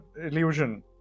illusion